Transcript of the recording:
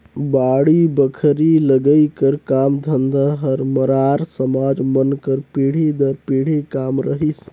बाड़ी बखरी लगई कर काम धंधा हर मरार समाज मन कर पीढ़ी दर पीढ़ी काम रहिस